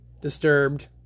disturbed